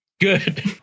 Good